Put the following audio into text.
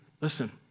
listen